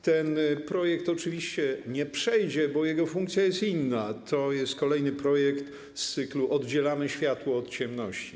Ten projekt oczywiście nie przejdzie, bo jego funkcja jest inna, to jest kolejny projekt z cyklu: oddzielamy światło od ciemności.